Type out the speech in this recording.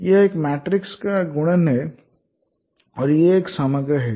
यह एक मैट्रिक्स गुणन है और यह एक समग्र है